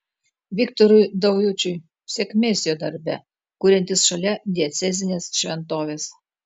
viktorui daujočiui sėkmės jo darbe kuriantis šalia diecezinės šventovės